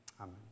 Amen